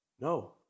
No